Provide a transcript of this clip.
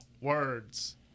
words